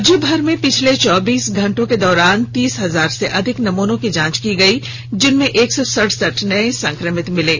राज्यभर में पिछले चौबीस घंटे के दौरान तीस हजार से अधिक नमूनों की जांच की गई जिनमें एक सौ सड़सठ नए संक्रमित मिले